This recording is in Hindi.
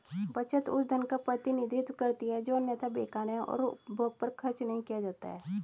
बचत उस धन का प्रतिनिधित्व करती है जो अन्यथा बेकार है और उपभोग पर खर्च नहीं किया जाता है